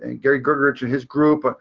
and gary grgurich and his group,